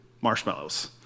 marshmallows